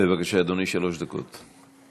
בבקשה, אדוני, שלוש דקות.